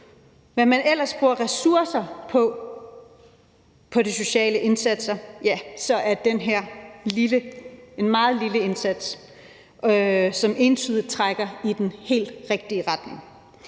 hvad man ellers bruger ressourcer på i de sociale indsatser, ja, så er det her en meget lille indsats, som entydigt trækker i den helt rigtige retning.